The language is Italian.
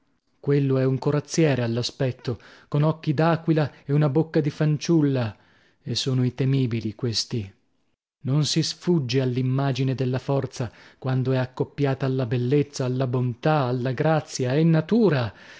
quello è un corazziere all'aspetto con occhi d'aquila e una bocca di fanciulla e sono i temibili questi non si sfugge all'immagine della forza quando è accoppiata alla bellezza alla bontà alla grazia è in natura